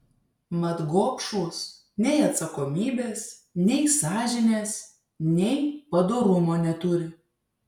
mat gobšūs nei atsakomybės nei sąžinės nei padorumo neturi